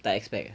dah expect ah